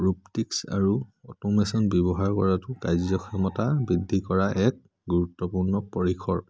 robotics আৰু automation ব্যৱহাৰ কৰাটো কাৰ্য ক্ষমতা বৃদ্ধি কৰা এক গুৰুত্বপূৰ্ণ পৰিসৰ